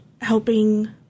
helping